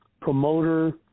promoter